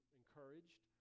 encouraged